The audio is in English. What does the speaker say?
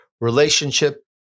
relationship